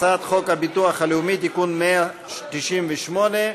הצעת חוק הביטוח הלאומי (תיקון מס' 198)